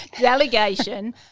delegation